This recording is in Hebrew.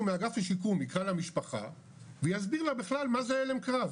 מאגף השיקום יקרא למשפחה ויסביר לה בכלל מה זה הלם קרב,